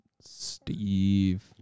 Steve